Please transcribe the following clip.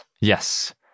Yes